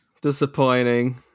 Disappointing